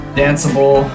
danceable